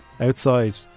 outside